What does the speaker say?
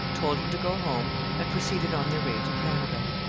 told him to go home, and proceeded on their way to canada.